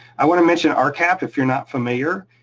i wanna mention ah rcap, if you're not familiar,